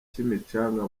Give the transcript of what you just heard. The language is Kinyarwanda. kimicanga